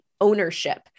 ownership